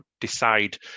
decide